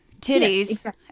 titties